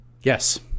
yes